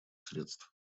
средств